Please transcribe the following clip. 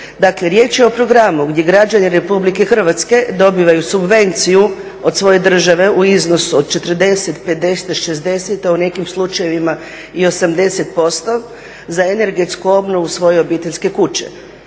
Dakle, riječ je o programu gdje građani RH dobivaju subvenciju od svoje države u iznosu od 40, 50, 60, a u nekim slučajevima i 80% za energetsku obnovu svoje obiteljske kuće.